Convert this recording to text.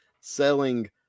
selling